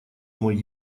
мой